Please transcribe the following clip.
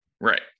right